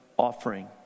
Offering